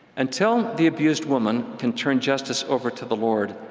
until the abused woman can turn justice over to the lord,